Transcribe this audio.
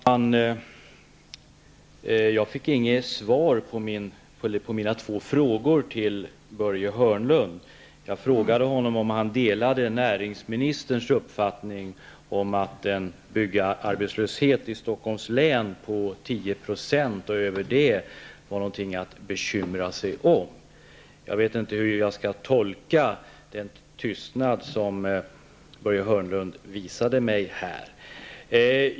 Herr talman! Jag fick inget svar på mina två frågor till Börje Hörnlund. Jag frågade honom om han delade näringsministerns uppfattning om att en byggarbetslöshet i Stockholms län på 10 % därutöver inte var något att bekymra sig över. Jag vet inte hur jag skall tolka den tystnad som Börje Hörnlund visade mig här.